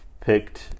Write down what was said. picked